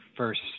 First